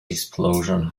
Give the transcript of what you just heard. explosion